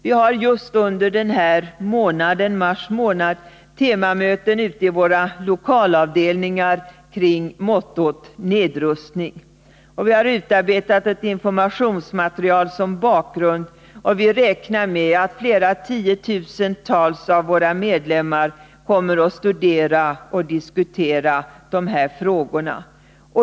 Vi har just under mars månad temamöten i våra lokalavdelningar kring mottot nedrustning. Vi har utarbetat ett informationsmaterial som bakgrund, och vi räknar med att tiotusentals av våra medlemmar kommer att studera och diskutera dessa frågor.